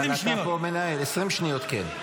אבל אתה פה מנהל, 20 שניות כן.